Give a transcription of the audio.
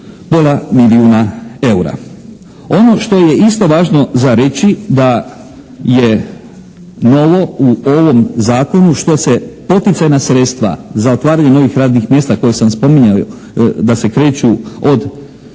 pola milijuna eura. Ono što je isto važno za reći da je novo u ovom Zakonu što se poticajna sredstva za otvaranje novih radnih mjesta koje sam spominjao da se kreću od